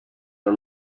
are